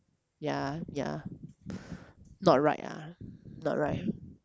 ya ya not right ah not right